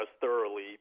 thoroughly